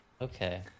Okay